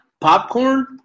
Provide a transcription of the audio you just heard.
popcorn